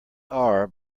are